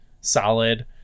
solid